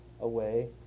away